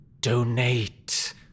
donate